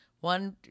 One